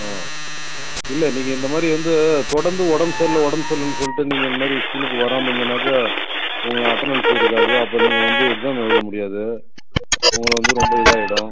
ஆ இல்லை நீங்கள் இந்தமாதிரி வந்து தொடர்ந்து உடம்பு சரில்லை உடம்பு சரில்லை சொல்லிட்டு நீங்கள் இந்தமாதிரி ஸ்கூலுக்கு வராமல் இருந்தீன்னாக்கா உங்கள் அட்டனன்ஸ் இருக்காது அப்புறம் நீங்கள் வந்து எக்ஸாம் எழுத முடியாது உங்களுக்கு வந்து ரொம்ப இதாகிடும்